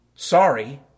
Sorry